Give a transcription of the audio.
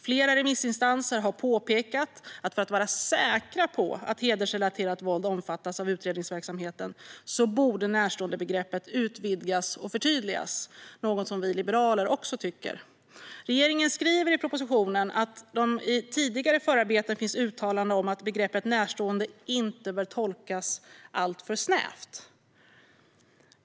Flera remissinstanser har påpekat att närståendebegreppet borde utvidgas och förtydligas för att man ska vara säker på att hedersrelaterat våld omfattas av utredningsverksamheten, vilket vi liberaler också tycker. Regeringen skriver i propositionen att det i tidigare förarbeten finns uttalanden om att begreppet "närstående" inte bör tolkas alltför snävt.